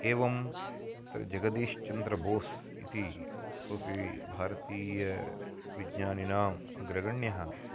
एवं तत्र जगदीश्चन्द्रबोसः इति सोपि भारतीयविज्ञानिनाम् अग्रगण्यः